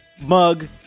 mug